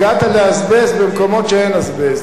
הגעת לאזבסט במקומות שאין אזבסט,